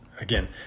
again